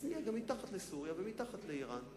אז נהיה גם מתחת לסוריה ומתחת לאירן.